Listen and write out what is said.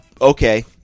Okay